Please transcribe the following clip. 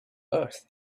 earth